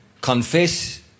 Confess